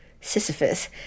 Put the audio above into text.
Sisyphus